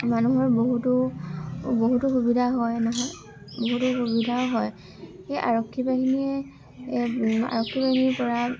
মানুহৰ বহুতো বহুতো সুবিধা হয় নহয় বহুতো সুবিধাও হয় সেই আৰক্ষী বাহিনীয়ে আৰক্ষী বাহিনীৰপৰা